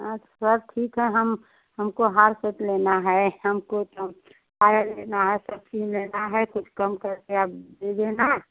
हाँ सर ठीक है हम हमको हार सेट लेना है हमको तम पायल लेना है सब चीज़ लेना है कुछ कम करके आप दे देना